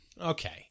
Okay